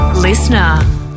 Listener